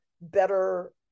better